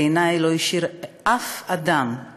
בעיני לא השאיר אף אדם,